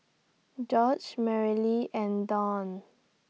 George Marilee and Don